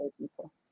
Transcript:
people